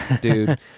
dude